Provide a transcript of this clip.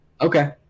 Okay